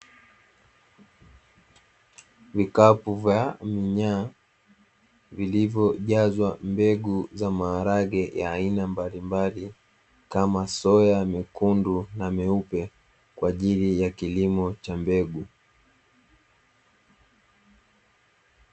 Vikapu vya minyaa, vilivyojazwa mbegu za maharage, ya aina mbalimbali, kama soya ,mekundu na meupe kwa ajili ya kilimo cha mbegu.